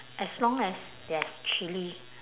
as long as there's chilli